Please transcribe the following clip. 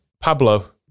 Pablo